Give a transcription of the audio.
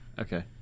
okay